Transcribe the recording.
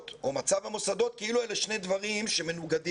או מצב המוסדות כאילו אלה שני דברים שמנוגדים,